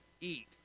eat